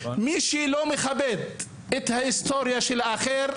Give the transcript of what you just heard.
מי שלא מכבד את ההיסטוריה של האחר,